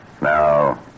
Now